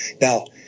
Now